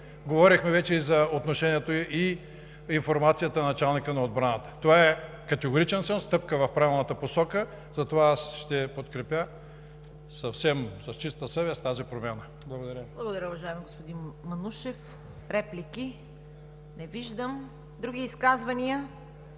Говорихме вече за отношението и информация на началника на отбраната. Това, категоричен съм, е стъпка в правилната посока. Затова ще подкрепя съвсем с чиста съвест тази промяна. Благодаря. ПРЕДСЕДАТЕЛ ЦВЕТА КАРАЯНЧЕВА: Благодаря, уважаеми господин Манушев. Реплики? Не виждам. Други изказвания?